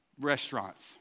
restaurants